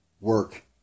work